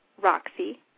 Roxy